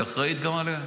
היא אחראית גם עליה.